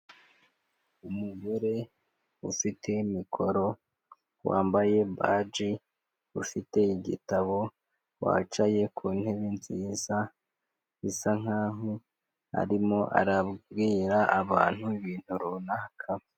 Umugore ufite mikoro wambaye baji, ufite igitabo wicaye ku ntebe nziza, bisa nkaho arimo arabwira abantu ibintu runaka.